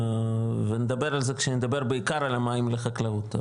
ונדבר על זה כשנדבר בעיקר על המים לחקלאות.